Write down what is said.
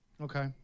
Okay